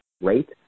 rate